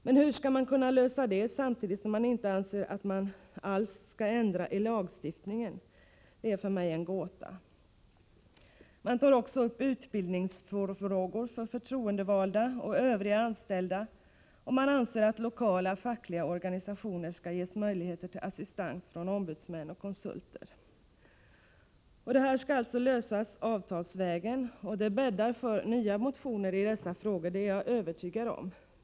Men hur skall man kunna lösa det problemet, när man samtidigt inte anser att lagstiftningen skall ändras? Det — Nr 22 är för mig en gåta. Onsdagen den Man tar upp utbildningsfrågor för förtroendevalda och övriga anställda 7 november 1984 och anser att lokala fackliga organisationer skall ges möjligheter till assistans från ombudsmän och konsulter. Medbestämmande De här frågorna skall alltså lösas avtalsvägen, och det bäddar för nya frågorm.m. motioner — det är jag övertygad om.